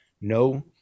no